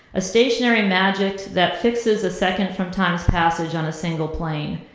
a stationary magic that fixes a second from time's passage on a single plane.